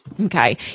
Okay